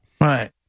Right